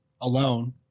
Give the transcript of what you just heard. alone